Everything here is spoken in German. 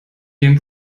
dem